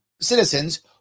citizens